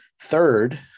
third